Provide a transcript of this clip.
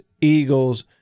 Eagles